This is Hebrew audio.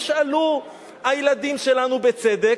ישאלו הילדים שלנו בצדק.